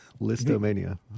Listomania